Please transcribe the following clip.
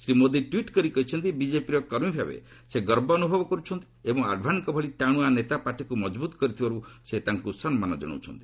Shri Modi tweet କରି କହିଛନ୍ତି ବିଜେପିର କର୍ମୀଭାବେ ସେ ଗର୍ବ ଅନୁଭବ କରୁଛନ୍ତି ଏବଂ ଆଡ଼ଭାନୀଙ୍କ ଭଳି ଟାଣୁଆ ନେତା ପାର୍ଟିକୁ ମଜବୁତ କରିଥିବାରୁ ସେ ତାଙ୍କୁ ସମ୍ମାନ ଜଣାଉଛନ୍ତି